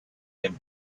and